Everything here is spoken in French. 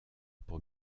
pour